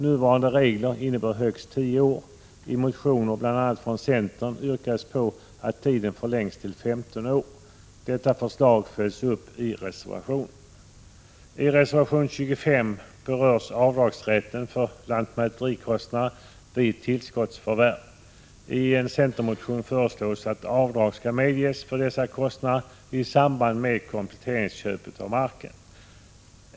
Nuvarande regler innebär högst tio år. I motioner från bl.a. centern yrkas på att tiden förlängs till 15 år. Detta förslag följs upp i reservationen. I reservation 25 berörs avdragsrätten för lantmäterikostnader vid tillskottsförvärv. I en centermotion föreslås att avdrag skall medges för dessa kostnader i samband med kompletteringsköpet av marken.